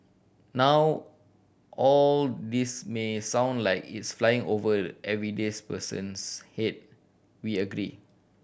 now all this may sound like it's flying over everyday's person's head we agree